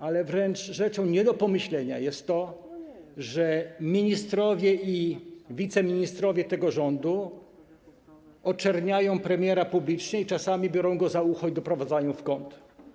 Ale rzeczą wręcz nie do pomyślenia jest to, że ministrowie i wiceministrowie tego rządu oczerniają premiera publicznie i czasami biorą go za ucho i odprowadzają do kąta.